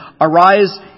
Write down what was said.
arise